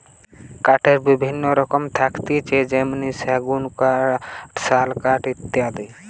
কাঠের বিভিন্ন রকম থাকতিছে যেমনি সেগুন কাঠ, শাল কাঠ ইত্যাদি